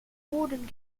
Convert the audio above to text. boden